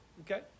Okay